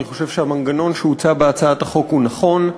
אני חושב שהמנגנון שהוצע בהצעת החוק הוא נכון.